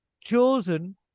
chosen